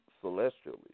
celestially